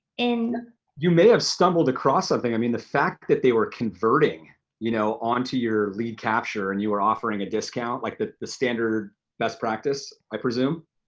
you may have stumbled across something. i mean the fact that they were converting you know onto your lead capture and you were offering a discount, like the the standard best practice, i presume?